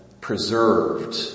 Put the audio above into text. preserved